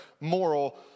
moral